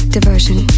Diversion